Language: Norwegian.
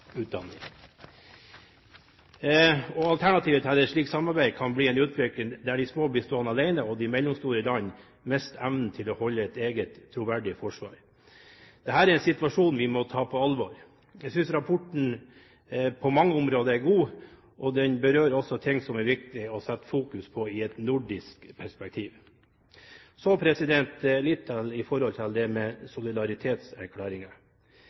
et slikt samarbeid kan bli en utvikling der de små blir stående alene og de mellomstore land mister evnen til å holde et eget, troverdig forsvar. Dette er en situasjon vi må ta på alvor. Jeg synes rapporten på mange områder er god, og den berører også ting som det er viktig å fokusere på i et nordisk perspektiv. Så litt